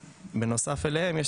בנוסף אליהם יש